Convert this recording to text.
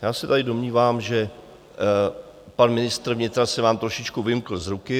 Já se domnívám, že pan ministr vnitra se vám trošičku vymkl z ruky.